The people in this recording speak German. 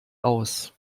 aus